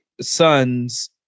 sons